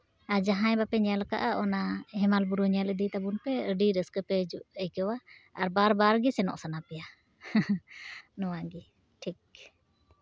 ᱟᱨ ᱡᱟᱦᱟᱸᱭ ᱵᱟᱯᱮ ᱧᱮᱞ ᱠᱟᱜᱼᱟ ᱚᱱᱟ ᱦᱮᱢᱟᱞ ᱵᱩᱨᱩ ᱧᱮᱞ ᱤᱫᱤᱭ ᱛᱟᱵᱚᱱ ᱯᱮ ᱟᱹᱰᱤ ᱨᱟᱹᱥᱠᱟᱹ ᱯᱮ ᱟᱹᱭᱠᱟᱹᱣᱟ ᱟᱨ ᱵᱟᱨ ᱵᱟᱨ ᱜᱮ ᱥᱮᱱᱚᱜ ᱥᱟᱱᱟ ᱯᱮᱭᱟ ᱱᱚᱣᱟ ᱜᱮ ᱴᱷᱤᱠ